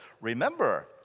Remember